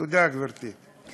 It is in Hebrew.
תודה, גברתי.